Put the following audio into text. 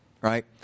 right